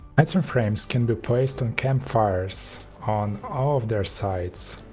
item frames can be placed on campfires. on all of their sides.